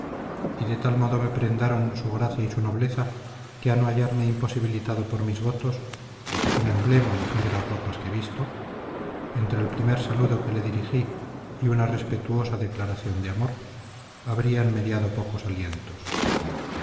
y de tal modo me prendaron su gracia y su nobleza que a no hallarme imposibilitado por mis votos de que son emblema las negras ropas que visto entre el primer saludo que le dirigí y una respetuosa declaración de amor habrían mediado pocos alientos